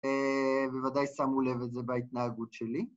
ובוודאי שמו לב את זה בהתנהגות שלי.